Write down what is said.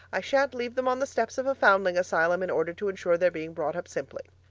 i shan't leave them on the steps of a foundling asylum in order to insure their being brought up simply.